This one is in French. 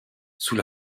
sous